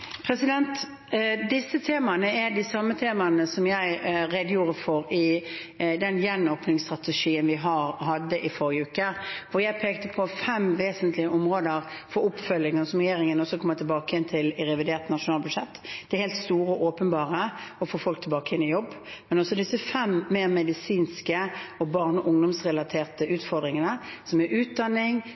Disse temaene er de samme temaene jeg redegjorde for i den gjenåpningsstrategien vi hadde i forrige uke, hvor jeg pekte på fem vesentlige områder for oppfølging, og som regjeringen også kommer tilbake igjen til i revidert nasjonalbudsjett. Det helt store og åpenbare er å få folk tilbake igjen i jobb, men vi har også disse mer medisinske og barne- og ungdomsrelaterte utfordringene, som er utdanning,